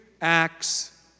acts